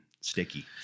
sticky